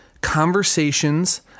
conversations